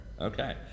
Okay